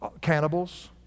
cannibals